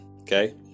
okay